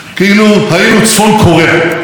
כאילו היינו צפון קוריאה.